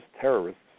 terrorists